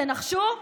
תנחשו.